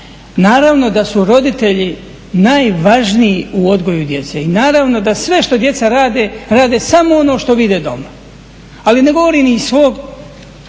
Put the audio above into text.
Naravno da su roditelji najvažniji u odgoju djece i naravno da sve što djeca rade, rade samo ono što vide doma. Ali ne govorim iz svog